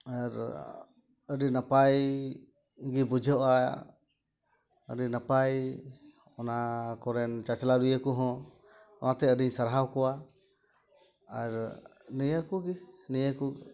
ᱟᱨ ᱟᱹᱰᱤ ᱱᱟᱯᱟᱭ ᱜᱮ ᱵᱩᱡᱷᱟᱹᱜᱼᱟ ᱟᱹᱰᱤ ᱱᱟᱯᱟᱭ ᱚᱱᱟ ᱠᱚᱨᱮᱱ ᱪᱟᱪᱞᱟᱣᱤᱭᱟᱹ ᱠᱚᱦᱚᱸ ᱚᱱᱟᱛᱮ ᱟᱹᱰᱤᱧ ᱥᱟᱨᱦᱟᱣ ᱠᱚᱣᱟ ᱟᱨ ᱱᱤᱭᱟᱹᱠᱚᱜᱮ ᱱᱤᱭᱟᱹ ᱠᱚ